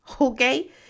okay